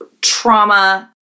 trauma